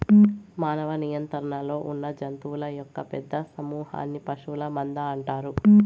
మానవ నియంత్రణలో ఉన్నజంతువుల యొక్క పెద్ద సమూహన్ని పశువుల మంద అంటారు